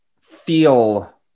feel